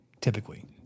typically